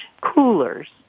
coolers